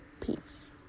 peace